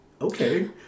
okay